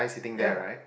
ya